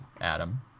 Adam